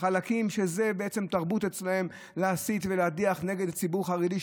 שזו בעצם תרבות אצלם להסית ולהדיח נגד ציבור חרדי,